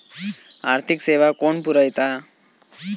आर्थिक सेवा कोण पुरयता?